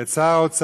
את שר האוצר,